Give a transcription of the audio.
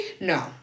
No